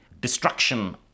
destruction